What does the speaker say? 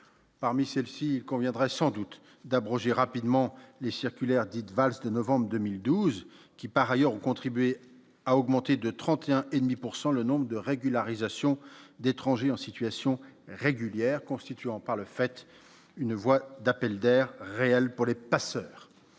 parmi celles-ci, il conviendrait sans doute d'abroger rapidement les circulaires dites valse de novembre 2012, qui par ailleurs ont contribué à augmenter de 31 ans et demi pour 100 le nombre de régularisations d'étrangers en situation régulière, constituant par le fait, une voie d'appel d'air réel pour les passeurs